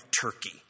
Turkey